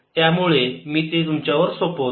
त्यामुळे मी तुमच्यावर सोपवतो